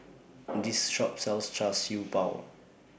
This Shop sells Char Siew Bao